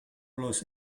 los